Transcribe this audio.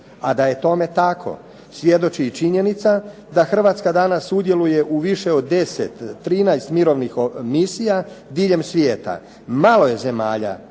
A da je tome tako svjedoči i činjenica da Hrvatska danas sudjeluje u više od 10, 13 mirovnih misija diljem svijeta. Malo je zemalja